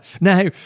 Now